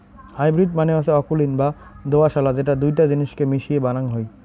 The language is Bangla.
হাইব্রিড মানে হসে অকুলীন বা দোআঁশলা যেটা দুইটা জিনিসকে মিশিয়ে বানাং হই